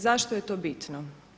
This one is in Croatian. Zašto je to bitno?